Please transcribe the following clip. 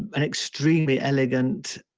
an extremely elegant